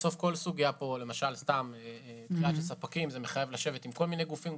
כל סוגיה מחייבת ישיבה עם כל מיני גופים.